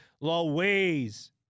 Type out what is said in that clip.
Louise